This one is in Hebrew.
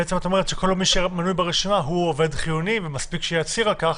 בעצם את אומרת שכל מי שמנוי ברשימה הוא עובד חיוני ומספיק שיצהיר על כך,